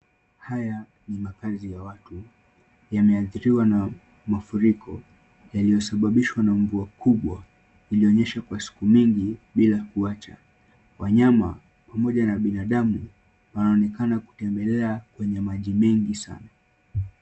Haya, ni makazi ya watu. Yameathiriwa na mafuriko. Yaliyo sababishwa na mvua kubwa iliyonyesha kwa siku nyingi bila kuacha. Wanyama pamoja na binadamu wanaonekana kutembelea kwenye maji mengi sana.